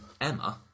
Emma